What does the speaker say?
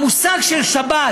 המושג של שבת,